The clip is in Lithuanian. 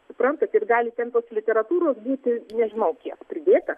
suprantat ir gali ten tos literatūros būti nežinau kiek pridėta